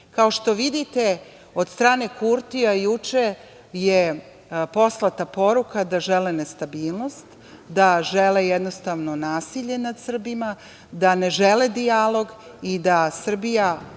Kao što vidite, od strane Kurtija juče je poslata poruka da žele nestabilnost, da žele jednostavno nasilje nad Srbima, da ne žele dijalog i da Srbija